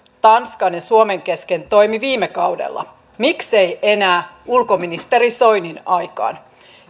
tanskan ja suomen kesken toimi viime kaudella miksei enää ulkoministeri soinin aikaan